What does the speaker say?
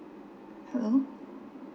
hello